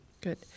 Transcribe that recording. Good